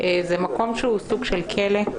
זה מקום שהוא סוג של כלא,